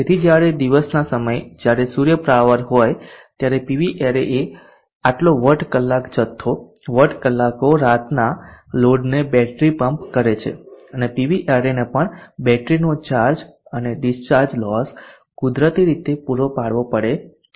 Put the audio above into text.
તેથી જ્યારે દિવસના સમયે જ્યારે સૂર્ય પાવર હોય ત્યારે પીવી એરેએ આટલો વોટ કલાક જથ્થો વોટ કલાકો રાતના લોડને બેટરી પંપ કરે છે અને પીવી એરેને પણ બેટરીનો ચાર્જ અને ડિસ્ચાર્જ લોસ કુદરતી રીતે પુરો પાડવો પડે છે